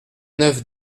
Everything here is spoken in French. neuf